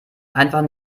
einfach